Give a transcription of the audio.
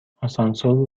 آسانسور